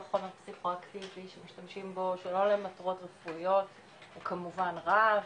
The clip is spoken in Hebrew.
כל חומר פסיכואקטיבי שמשתמשים בו שלא למטרות רפואיות הוא כמובן רע,